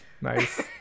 Nice